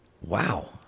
wow